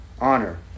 honor